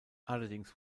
allerdings